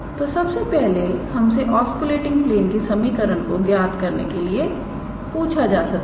तो सबसे पहले हमसे ऑस्कुलेटिंग प्लेन की समीकरण को ज्ञात करने के लिए पूछा जा सकता है